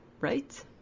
right